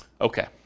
Okay